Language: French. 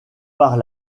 par